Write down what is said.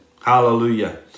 Hallelujah